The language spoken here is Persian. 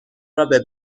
رابه